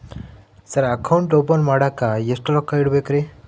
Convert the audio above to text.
Sir account open ಮಾಡಾಕ ಎಷ್ಟು ರೊಕ್ಕ ಇಡಬೇಕ್ರಿ?